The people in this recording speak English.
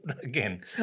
Again